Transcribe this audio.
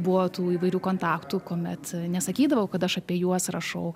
buvo tų įvairių kontaktų kuomet nesakydavau kad aš apie juos rašau